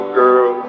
girl